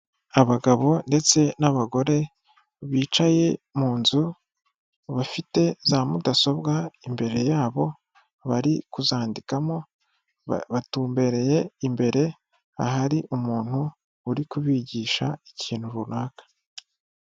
Abagabo ndetse n'abagore bicaye mu nzu bafite za mudasobwa imbere yabo bari kuzandikamo batumbereye imbere ahari umuntu uri kubigisha ikintu runaka.